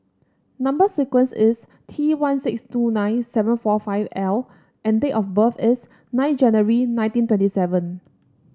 number sequence is T one six two nine seven four five L and date of birth is nine January nineteen twenty seven